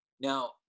Now